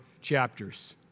chapters